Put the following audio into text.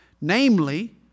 namely